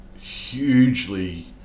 hugely